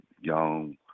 young